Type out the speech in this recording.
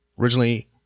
Originally